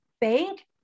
bank